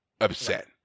upset